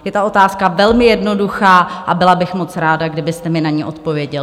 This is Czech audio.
Je to otázka velmi jednoduchá a byla bych moc ráda, kdybyste mi na ni odpověděl.